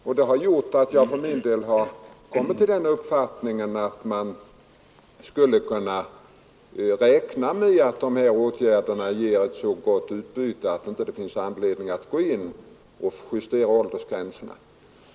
Detta har gjort att jag kommit till den uppfattningen att åtgärderna gett ett så gott utbyte att det nu inte finns anledning att justera åldersgränserna.